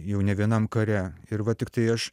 jau ne vienam kare ir va tiktai aš